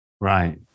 Right